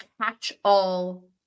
catch-all